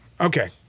okay